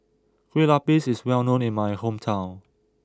Kue Lupis is well known in my hometown